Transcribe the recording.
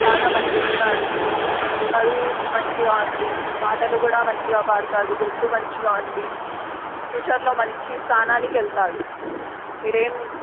చాలా మంచిగా ఉన్నాడు చదువు మంచిగా ఉంది పాటలు కూడా మంచిగా పాడుతాడు గొంతు మంచిగా ఉంది ఫ్యూచర్లో మంచి స్థానానికి వెళ్తాడు మీరు ఏమి